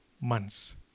months